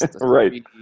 Right